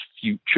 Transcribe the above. future